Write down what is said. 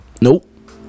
nope